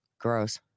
Gross